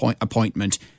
appointment